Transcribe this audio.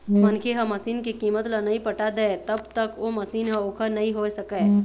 मनखे ह मसीन के कीमत ल नइ पटा दय तब तक ओ मशीन ह ओखर नइ होय सकय